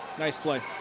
nice play.